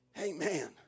amen